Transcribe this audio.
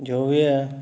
जो बी ऐ